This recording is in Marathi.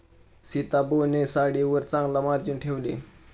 सीताबोने साडीवर चांगला मार्जिन ठेवले